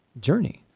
journey